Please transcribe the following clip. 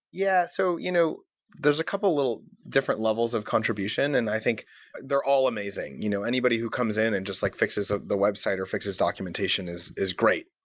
yeah. so you know there's a couple of little different levels of contribution, and i think they're all amazing. you know anybody who comes in and just like fixes ah the website, or fixes documentation, is is great.